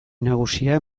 nagusia